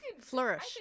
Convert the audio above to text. Flourish